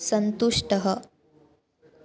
सन्तुष्टः